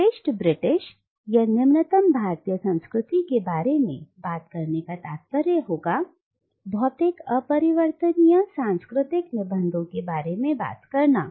श्रेष्ठ ब्रिटिश या निम्नतम भारतीय संस्कृति के बारे में बात करने का मतलब होगा भौतिक अपरिवर्तनीय सांस्कृतिक निबंधों के बारे में बात करना